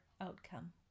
outcome